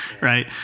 right